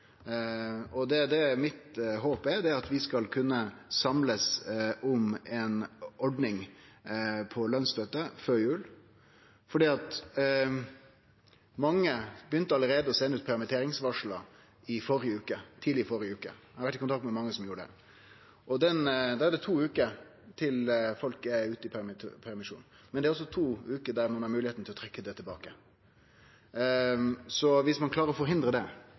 Det som er mitt håp, er at vi skal kunne samlast om ei ordning for lønsstøtte før jul, for mange begynte allereie å sende ut permitteringsvarsel tidleg i førre veke. Eg har vore i kontakt med mange som gjorde det. Då er det to veker til folk er ute i permisjon. Det er altså to veker då ein har moglegheita til å trekkje det tilbake. Så om ein klarer å forhindre det